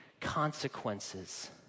consequences